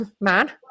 man